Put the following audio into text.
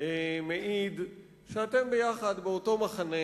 מעיד שאתם ביחד באותו מחנה.